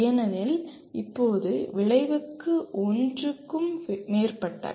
ஏனெனில் இப்போது விளைவுகள் ஒன்றுக்கு மேற்பட்டவை